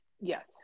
Yes